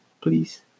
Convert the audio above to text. please